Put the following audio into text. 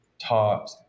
taught